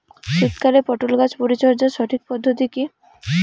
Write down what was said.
শীতকালে পটল গাছ পরিচর্যার সঠিক পদ্ধতি কী?